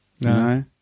No